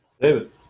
David